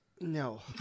No